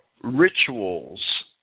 rituals